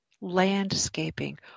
landscaping